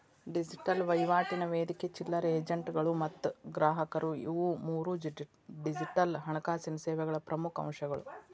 digital ವಹಿವಾಟಿನ ವೇದಿಕೆ ಚಿಲ್ಲರೆ ಏಜೆಂಟ್ಗಳು ಮತ್ತ ಗ್ರಾಹಕರು ಇವು ಮೂರೂ ಡಿಜಿಟಲ್ ಹಣಕಾಸಿನ್ ಸೇವೆಗಳ ಪ್ರಮುಖ್ ಅಂಶಗಳು